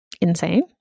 insane